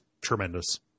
tremendous